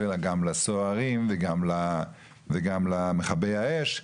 גם לסוהרים וגם למכבי האש.